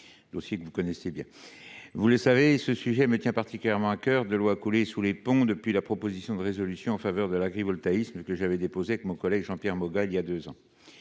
dossier que vous connaissez bien. Vous le savez, ce sujet me tient particulièrement à cœur. De l’eau a coulé sous les ponts depuis la proposition de résolution tendant au développement de l’agrivoltaïsme en France, que j’avais déposée avec mon collègue Jean Pierre Moga il y a deux ans